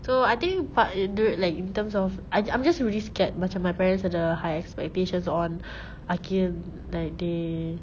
so I think part yang dia like in terms of i~ I'm just scared macam my parents ada high expectations on aqil like they